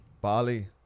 Bali